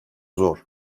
zor